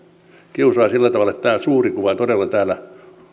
kiusaa sillä tavalla että tämä suuri kuva todella täällä